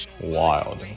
Wild